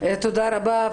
תודה רבה.